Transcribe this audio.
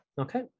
okay